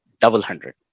double-hundred